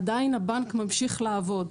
עדיין הבנק ממשיך לעבוד.